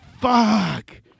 fuck